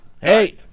Hey